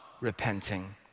repenting